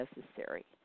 necessary